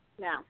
now